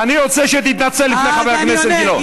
אני רוצה שתתנצל בפני חבר הכנסת גילאון.